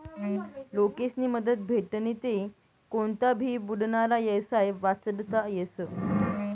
लोकेस्नी मदत भेटनी ते कोनता भी बुडनारा येवसाय वाचडता येस